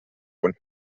von